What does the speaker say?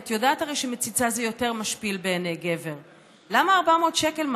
את יודעת הרי שמציצה זה יותר משפיל בעיני גבר"; "למה 400 שקל,